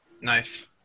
Nice